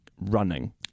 running